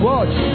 Watch